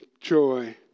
joy